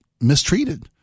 mistreated